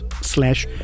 slash